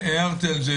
הערתי על זה